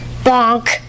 bonk